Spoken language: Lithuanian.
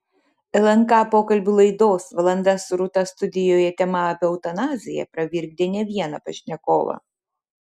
lnk pokalbių laidos valanda su rūta studijoje tema apie eutanaziją pravirkdė ne vieną pašnekovą